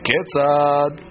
Ketzad